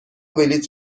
بلیط